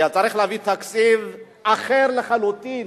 היה צריך להביא תקציב אחר לחלוטין,